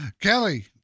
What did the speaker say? Kelly